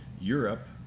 Europe